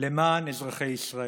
למען אזרחי ישראל.